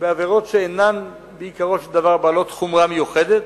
בעבירות שאינן בעיקרו של דבר בעלות חומרה מיוחדת,